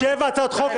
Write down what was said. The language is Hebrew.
שבע הצעות חוק,